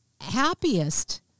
happiest